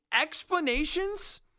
explanations